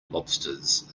lobsters